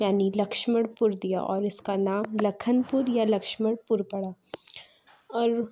یعنی لکشمڑ پور دیا اور اِس کا نام لکھن پور یا لکشمڑ پور پڑا اور